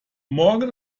morgen